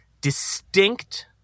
distinct